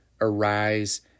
Arise